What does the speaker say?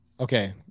Okay